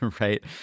right